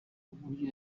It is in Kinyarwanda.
uburyo